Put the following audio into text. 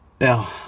Now